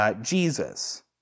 Jesus